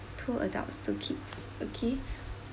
two adults two kids okay